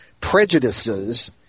prejudices